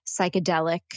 psychedelic